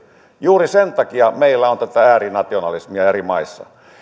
juuri sen takia meillä on tätä äärinationalismia eri maissa